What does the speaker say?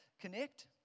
connect